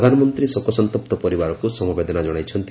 ପ୍ରଧାନମନ୍ତ୍ରୀ ଶୋକସନ୍ତପ୍ତ ପରିବାରକୁ ସମବେଦନା ଜଣାଇଛନ୍ତି